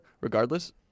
regardless